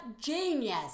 genius